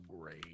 great